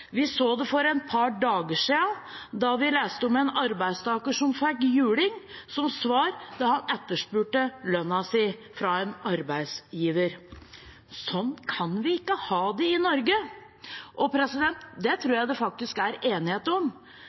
Vi så det for et par dager siden, da vi leste om en arbeidstaker som fikk juling som svar da han etterspurte lønna si fra en arbeidsgiver. Sånn kan vi ikke ha det i Norge. Det tror jeg det faktisk er enighet om,